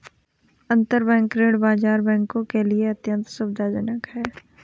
अंतरबैंक ऋण बाजार बैंकों के लिए अत्यंत सुविधाजनक है